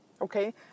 Okay